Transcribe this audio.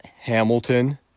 Hamilton